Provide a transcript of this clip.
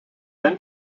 then